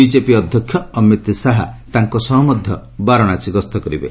BJP ଅଧ୍ୟକ୍ଷ ଅମିତ୍ ଶାହା ତାଙ୍କ ସହ ବାରାଣସୀ ଗସ୍ତ କରିବେ